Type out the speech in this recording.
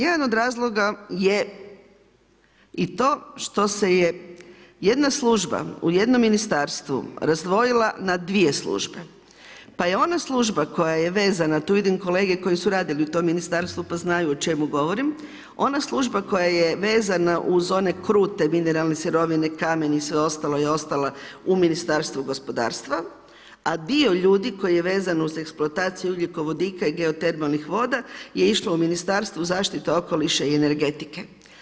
Jedan od razloga je i to što se je jedna služba u jednom ministarstvu razdvojila na dvije službe, pa je ona služba koja je vezana, tu vidim kolege koji su radili u tom ministarstvu pa znaju o čemu govorim, ona služba koja je vezana uz one krute mineralne sirovine, kamen i sve ostalo je ostalo u Ministarstvu gospodarstva, a dio ljudi koji je vezan uz eksploataciju ugljikovodika i geotermalnih voda je išlo u Ministarstvu zaštite okoliša i energetike.